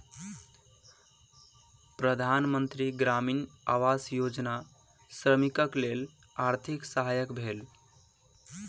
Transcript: प्रधान मंत्री ग्रामीण आवास योजना श्रमिकक लेल आर्थिक सहायक भेल